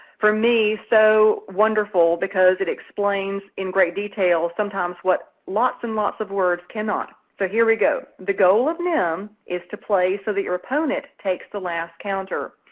for me, so wonderful because it explains in great detail sometimes what lots and lots of words cannot. so here we go. the goal of nim is to play so that your opponent takes the last counter.